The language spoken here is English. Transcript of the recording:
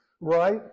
right